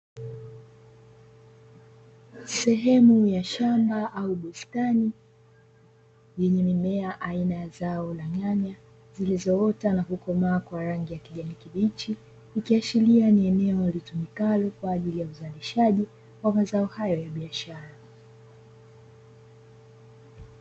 Sehemu ya shamba au bustani lenye mimea aina ya zao la nyanya zilizoota na kukomaa kwa rangi ya kijani kibichi, ikiashiria ni eneo litumikalo kwa ajili ya uzalishaji wa mazao hayo ya biashara.